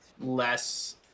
less